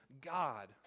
God